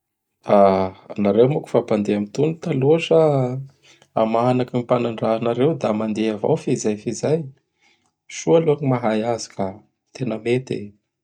Nareo moa k fa mpandeha am tony taloha sa am maha anakin'ny mpanandraha anareo io da mandeha avao fezay fezay. Soa aloha gn mahay azy ka! Tena mety.